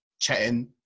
chatting